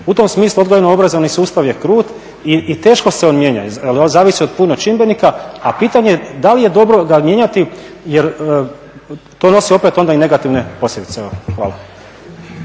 U tom smislu odgojno obrazovni sustav je krut i teško se on mijenja, jer on zavisi od puno čimbenika a pitanje da li je dobro ga mijenjati jer to nosi opet onda i negativne posljedice. Evo